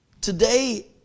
Today